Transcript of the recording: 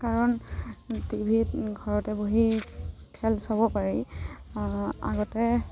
কাৰণ টিভিত ঘৰতে বহি খেল চাব পাৰি আগতে